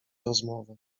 rozmowę